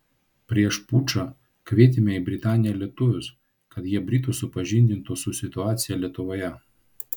prieš pučą kvietėme į britaniją lietuvius kad jie britus supažindintų su situacija lietuvoje